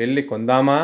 వెళ్లి కొందామా